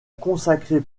consacré